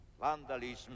vandalism